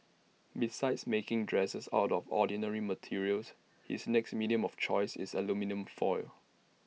besides making dresses out of ordinary materials his next medium of choice is aluminium foil